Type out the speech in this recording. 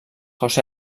josé